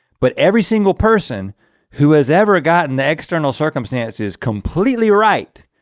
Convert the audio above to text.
but every single person who has ever gotten the external circumstances completely right,